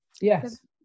Yes